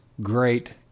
great